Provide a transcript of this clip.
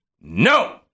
no